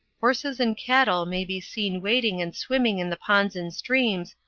horses and cattle may be seen wading and swimming in the ponds and streams,